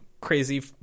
crazy